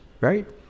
right